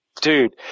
Dude